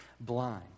blind